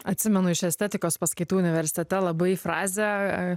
atsimenu iš estetikos paskaitų universitete labai frazę